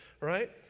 right